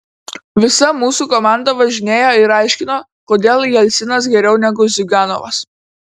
visa mūsų komanda važinėjo ir aiškino kodėl jelcinas geriau negu ziuganovas